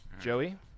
Joey